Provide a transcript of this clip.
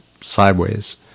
sideways